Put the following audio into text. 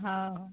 हो